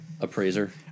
appraiser